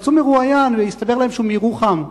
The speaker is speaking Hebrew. רצו מרואיין והסתבר להם שהוא מירוחם.